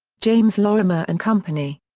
james lorimer and company.